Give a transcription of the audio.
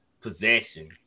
possession